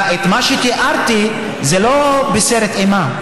מה שתיארתי זה לא סרט אימה,